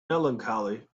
melancholy